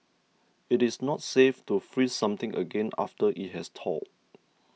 it is not safe to freeze something again after it has thawed